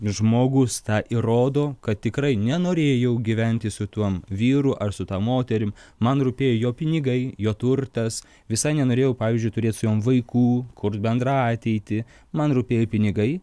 žmogus tą įrodo kad tikrai nenorėjau gyventi su tuo vyru ar su ta moterim man rūpėjo jo pinigai jo turtas visai nenorėjau pavyzdžiui turėt vaikų kurt bendrą ateitį man rūpėjo pinigai